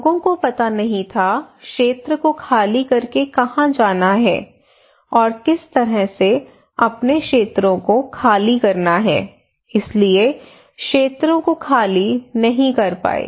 लोगों को पता नहीं था क्षेत्र को खाली करके कहां जाना है और किस तरह से अपने क्षेत्रों को खाली करना है इसलिए क्षेत्रों को खाली नहीं कर पाए